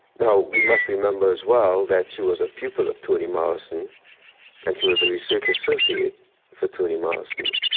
now, we must remember as well that she was a pupil of toni morrison and she was a research associate for toni morrison,